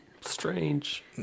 Strange